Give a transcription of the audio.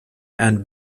and